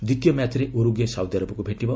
ଦ୍ୱିତୀୟ ମ୍ୟାଚ୍ରେ Uruguay Saudi ଆରବକୁ ଭେଟିବ